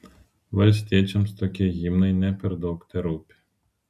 valstiečiams tokie himnai ne per daug terūpi